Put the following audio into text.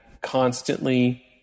constantly